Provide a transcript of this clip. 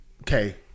Okay